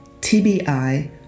TBI